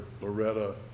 Loretta